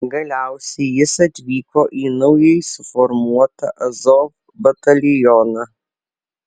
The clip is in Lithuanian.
galiausiai jis atvyko į naujai suformuotą azov batalioną